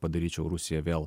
padaryčiau rusiją vėl